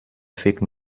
fake